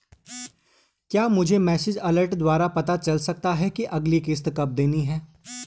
क्या मुझे message alert द्वारा पता चल सकता कि अगली किश्त कब देनी है?